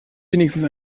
wenigstens